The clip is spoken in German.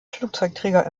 flugzeugträger